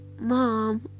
Mom